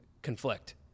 conflict